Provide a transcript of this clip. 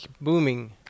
booming